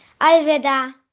Alveda